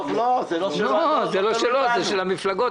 זה לא שלו, זה של המפלגות.